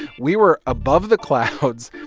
we were above the clouds,